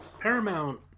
Paramount